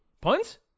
Puns